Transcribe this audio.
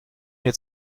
mir